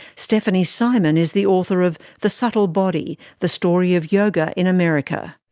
stefanie syman is the author of the subtle body the story of yoga in america.